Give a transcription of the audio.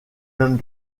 mêmes